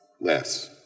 Less